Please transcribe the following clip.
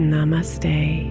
Namaste